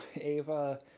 Ava